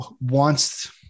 wants